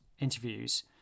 interviews